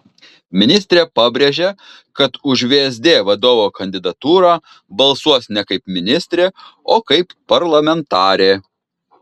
ministrė pabrėžė kad už vsd vadovo kandidatūrą balsuos ne kaip ministrė o kaip parlamentarė